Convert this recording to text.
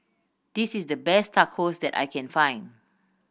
this is the best Tacos that I can find